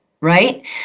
right